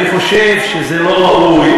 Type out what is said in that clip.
אני חושב שזה לא ראוי,